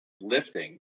lifting